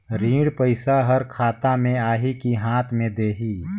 ऋण पइसा हर खाता मे आही की हाथ मे देही?